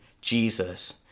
Jesus